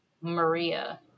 Maria